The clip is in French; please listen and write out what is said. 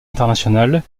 internationale